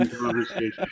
conversation